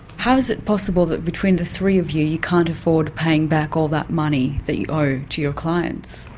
how is it possible that between the three of you, you can't afford paying back all that money that you owe to your clients?